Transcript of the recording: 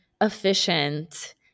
efficient